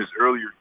earlier